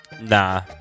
Nah